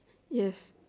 yes